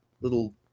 little